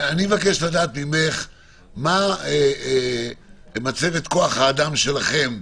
אני מבקש לדעת, מה מצבת כוח האדם שלכם,